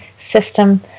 system